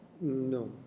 No